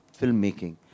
filmmaking